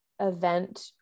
event